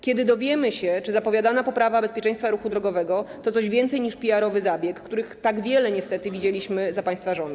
Kiedy dowiemy się, czy zapowiadana poprawa bezpieczeństwa ruchu drogowego to coś więcej niż PR-owy zabieg, których tak wiele niestety widzieliśmy za państwa rządów?